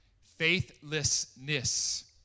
Faithlessness